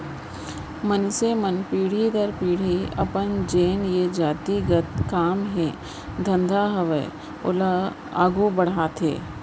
मनसे मन पीढ़ी दर पीढ़ी अपन जेन ये जाति गत काम हे धंधा हावय ओला आघू बड़हाथे